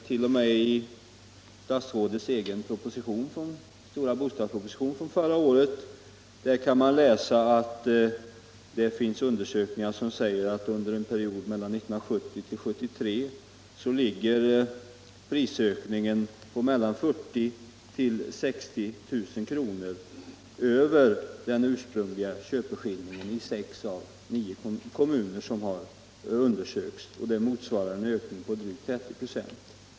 T. o. m. i statsrådets egen stora bostadsproposition från förra året kan man läsa att under perioden 1970-1973 var prisökningarna mellan 40 000 och 60 000 kr. över den ursprungliga köpeskillingen i sex av nio kommuner som hade undersökts. Det motsvarar en ökning på drygt 30 96.